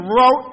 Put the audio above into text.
wrote